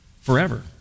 forever